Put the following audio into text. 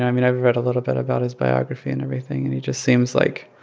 i've read a little bit about his biography and everything, and he just seems like